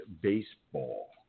Baseball